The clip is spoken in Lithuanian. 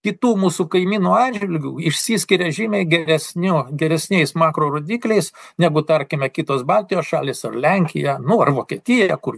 kitų mūsų kaimynų atžvilgiu išsiskiria žymiai geresniu geresniais makro rodikliais negu tarkime kitos baltijos šalys ar lenkija nu ar vokietija kur